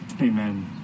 amen